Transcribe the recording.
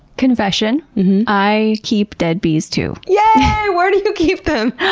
confession i keep dead bees too. yeah yay! where do you keep them?